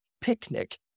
picnic